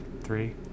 Three